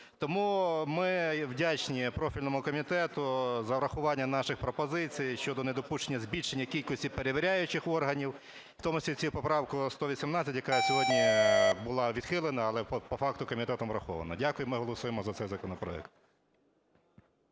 Тому ми вдячні профільному комітету за врахування наших пропозицій щодо недопущення збільшення кількості перевіряючих органів, в тому числі цією поправкою 118, яка сьогодні була відхилена, але по факту комітетом врахована. Дякую. Ми голосуємо за цей законопроект.